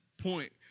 point